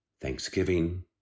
Thanksgiving